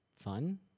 fun